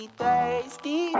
thirsty